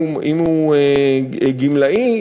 אם הוא גמלאי,